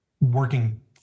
working